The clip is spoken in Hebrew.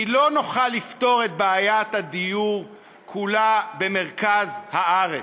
כי לא נוכל לפתור את בעיית הדיור כולה במרכז הארץ.